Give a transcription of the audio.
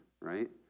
right